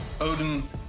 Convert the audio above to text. Odin